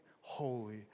holy